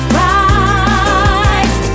rise